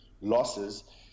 losses